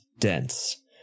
dense